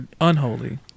unholy